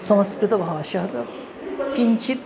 संस्कृतभाषा किञ्चित्